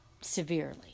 severely